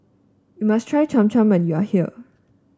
you must try Cham Cham when you are here